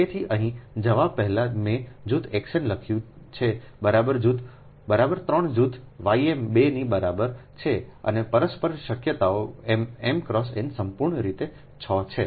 તેથી અહીં જવા પહેલાં મેં જૂથ xn લખ્યું છે બરાબર 3 જૂથ ym 2 ની બરાબર છે અને પરસ્પર શક્યતાઓ m x n સંપૂર્ણ રીતે 6 છે